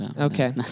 okay